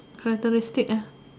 characteristics ah